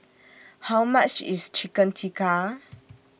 How much IS Chicken Tikka